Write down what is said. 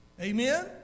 Amen